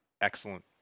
excellent